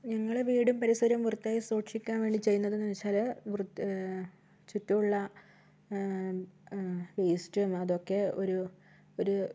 ഞങ്ങൾ വീടും പരിസരവും വൃത്തിയായി സൂക്ഷിക്കാൻ വേണ്ടി ചെയ്യുന്നതെന്ന് വച്ചാൽ ചുറ്റുമുള്ള വേസ്റ്റും അതൊക്കെ ഒരു